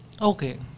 Okay